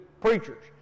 preachers